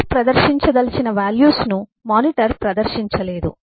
CPU ప్రదర్శించదలిచిన values ను monitor ప్రదర్శించలేదు